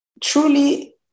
truly